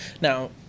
now